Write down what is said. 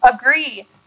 agree